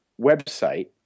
website